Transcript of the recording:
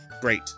great